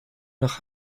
nach